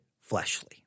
fleshly